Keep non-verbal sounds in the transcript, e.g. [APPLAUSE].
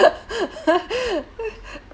[LAUGHS]